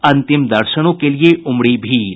अंतिम दर्शनों के लिये उमड़ी भीड़